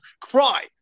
cry